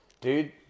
dude